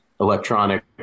electronic